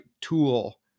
tool